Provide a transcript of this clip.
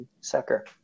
sucker